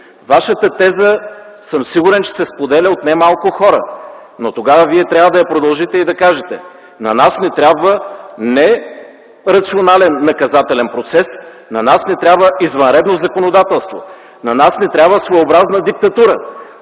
Вашата теза се споделя от немалко хора, но тогава Вие трябва да я продължите и да кажете: на нас ни трябва не рационален наказателен процес, на нас ни трябва извънредно законодателство, на нас ни трябва своеобразна диктатура.